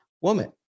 woman